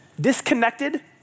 disconnected